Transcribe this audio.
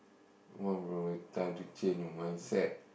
come on bro it time to change your mindset